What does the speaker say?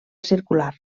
circular